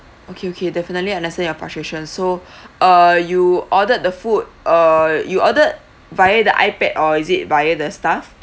okay okay definitely understand your frustration so uh you ordered the food uh you ordered via the ipad or is it via the staff